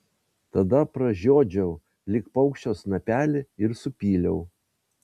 tada pražiodžiau lyg paukščio snapelį ir supyliau